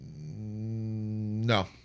No